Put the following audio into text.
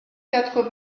quatre